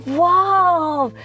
wow